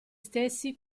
stessi